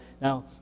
Now